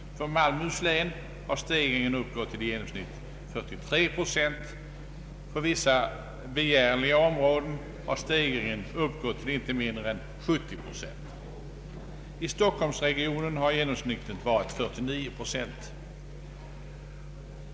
För Malmöhus län har stegringen uppgått till i genomsnitt 43 procent och för vissa begärliga områden har den uppgått till inte mindre än 70 procent. I Stockholmsregionen har genomsnittet varit 49 procent.